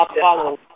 follow